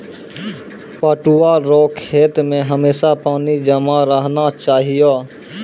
पटुआ रो खेत मे हमेशा पानी जमा रहना चाहिऔ